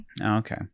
Okay